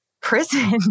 prison